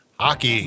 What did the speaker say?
Hockey